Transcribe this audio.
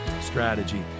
strategy